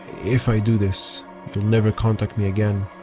if i do this. you'll never contact me again.